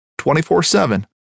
24-7